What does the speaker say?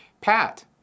Pat